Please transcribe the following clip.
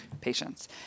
patients